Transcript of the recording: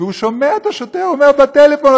והוא שומע את השוטר אומר בטלפון,